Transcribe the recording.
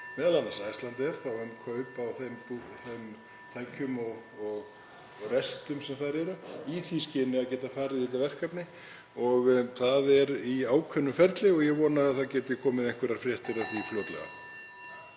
við m.a. Icelandair um kaup á þeim tækjum og restum sem þar eru í því skyni að geta farið í þetta verkefni. Það er í ákveðnu ferli og ég vona að það geti komið einhverjar fréttir af því fljótlega.